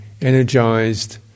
energized